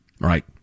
Right